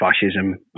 fascism